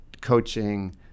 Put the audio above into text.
coaching